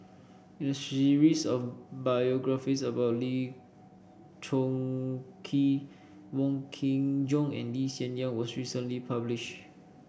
a series of biographies about Lee Choon Kee Wong Kin Jong and Lee Hsien Yang was recently published